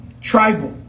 tribal